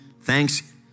thanks